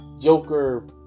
Joker